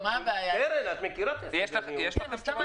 מה התשובה?